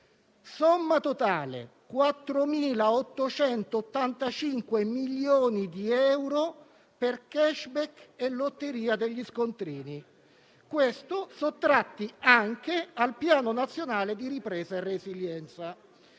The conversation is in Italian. Somma totale: 4.885 milioni di euro per *cashback* e lotteria degli scontrini, sottratti anche al Piano nazionale di ripresa e resilienza.